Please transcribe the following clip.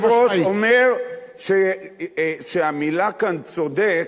אני הייתי אומר שהמלה "צודק"